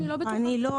אני לא בטוחה.